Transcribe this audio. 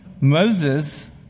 Moses